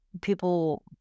people